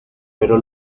pero